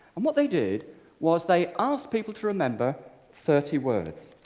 and what they did was they asked people to remember thirty words